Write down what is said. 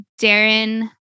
Darren